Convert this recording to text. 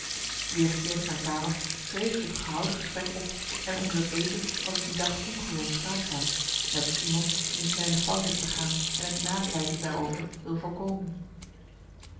weergekeerd op mijn kamer schreet ik het gehouden gesprek op en onder het eten was ik die dag ongewoon spraakzaam net als iemand die een kleine fout heeft begaan en het napleiten daarover wil voorkomen